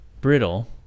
brittle